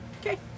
Okay